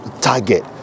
target